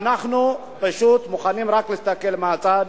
ואנחנו פשוט מוכנים רק להסתכל מהצד.